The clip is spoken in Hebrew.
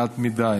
לאט מדי.